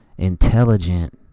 intelligent